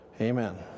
Amen